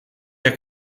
der